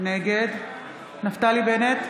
נגד נפתלי בנט,